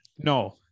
No